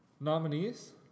nominees